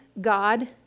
God